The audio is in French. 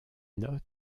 notes